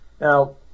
Now